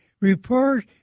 report